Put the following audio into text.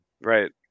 right